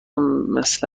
مثل